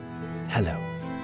Hello